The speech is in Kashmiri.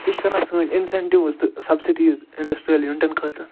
یہِ چھِ کَران سٲنۍ اِنسینٹیٛوٗز تہٕ سبسِٹیٖز اِنڈسٹریل یوٗنٹن خٲطرٕ